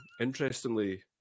interestingly